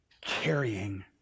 carrying